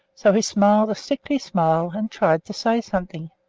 so he smiled a sickly smile and tried to say something,